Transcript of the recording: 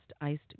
Iced